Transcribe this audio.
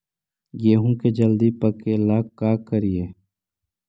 गेहूं के जल्दी पके ल का करियै?